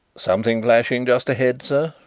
something flashing just ahead, sir,